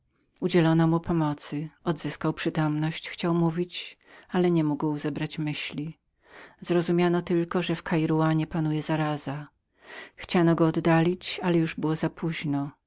mu pomocy odzyskał przytomność chciał mówić ale nie mógł zebrać myśli zrozumiano tylko że w kairawanie panowała zaraza chciano go oddalić ale już było za poźno